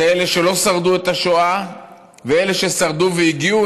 זה אלה שלא שרדו בשואה ואלה ששרדו והגיעו